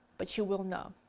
but you will know,